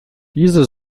diese